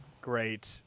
great